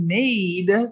made